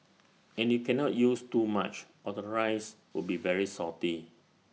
and you cannot use too much or the rice will be very salty